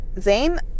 Zane